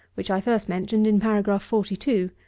which i first mentioned in paragraph forty two.